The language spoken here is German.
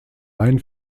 ein